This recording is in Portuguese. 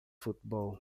futebol